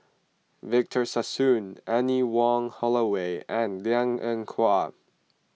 Victor Sassoon Anne Wong Holloway and Liang Eng Hwa